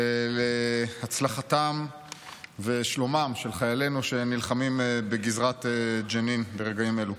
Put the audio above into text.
להצלחתם ולשלומם של חיילינו שנלחמים בגזרת ג'נין ברגעים אלו.